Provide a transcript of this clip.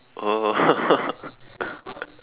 oh